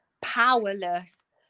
powerless